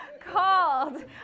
Called